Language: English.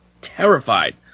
terrified